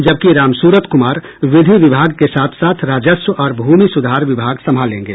जबकि रामसूरत कुमार विधि विभाग के साथ साथ राजस्व और भूमि सुधार विभाग संभालेंगे